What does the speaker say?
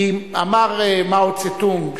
כי אמר מאו דזה-דונג,